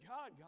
God